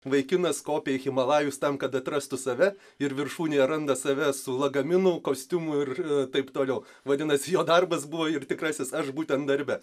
vaikinas kopė į himalajus tam kad atrastų save ir viršūnėje randa save su lagaminu kostiumu ir taip toliau vadinasi jo darbas buvo ir tikrasis aš būtent darbe